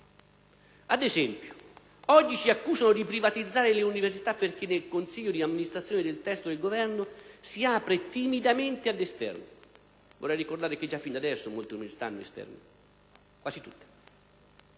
Ad esempio, oggi ci accusano di privatizzare le università perché nel consiglio di amministrazione, sulla base del testo del Governo, si apre timidamente all'esterno; vorrei ricordare che già adesso in molte università vi sono esterni, in quasi tutte.